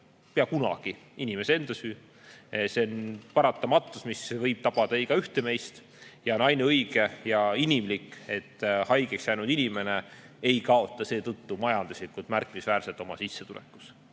pea kunagi inimese enda süü. See on paratamatus, mis võib tabada igaühte meist. On ainuõige ja inimlik, et haigeks jäänud inimene ei kaota seetõttu majanduslikult märkimisväärset osa oma sissetulekust.